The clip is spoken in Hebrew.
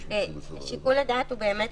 שיקול הדעת הוא לא